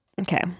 Okay